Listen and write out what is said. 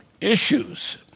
issues